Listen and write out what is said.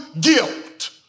guilt